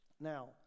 Now